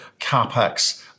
capex